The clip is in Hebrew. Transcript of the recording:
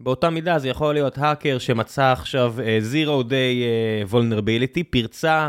באותה מידה זה יכול להיות האקר שמצא עכשיו zero day vulnerability, פרצה